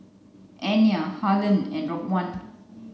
Anya Harland and Raekwon